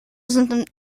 sind